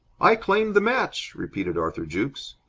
i claim the match! repeated arthur jukes.